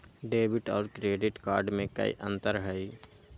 Debit और credit card में कई अंतर हई?